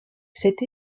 cette